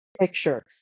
picture